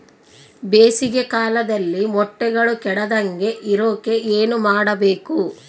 ಬೇಸಿಗೆ ಕಾಲದಲ್ಲಿ ಮೊಟ್ಟೆಗಳು ಕೆಡದಂಗೆ ಇರೋಕೆ ಏನು ಮಾಡಬೇಕು?